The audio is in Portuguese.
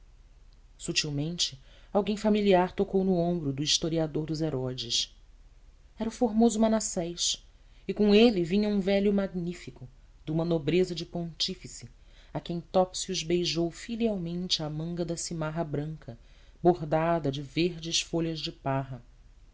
subitamente alguém familiar tocou no ombro do historiador dos herodes era o formoso manassés e com ele vinha um velho magnífico de uma nobreza de pontífice a quem topsius beijou filialmente a manga da samarra branca bordada de verdes folhas de parra